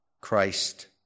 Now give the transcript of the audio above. Christ